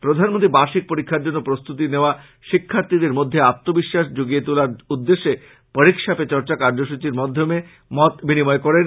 প্রধানমন্ত্রী বার্ষিক পরীক্ষার জন্য প্রস্তুতি নেওয়া শিক্ষার্থীদের মধ্যে আত্মবিশ্বাস যুগিয়ে তোলার উদ্দেশ্যে পরীক্ষা পে চর্চা কার্যসূচীর মাধ্যমে মতবিনিময় করেন